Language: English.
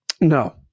No